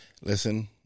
listen